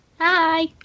Hi